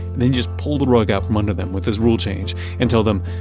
and they just pull the rug out from under them with this rule change and tell them,